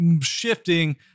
shifting